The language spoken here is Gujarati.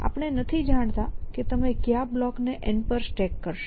આપણે નથી જાણતા કે તમે કયા બ્લોકને N પર સ્ટેક કરશો